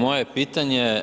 Moje pitanje je